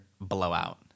blowout